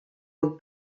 with